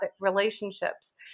relationships